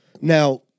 Now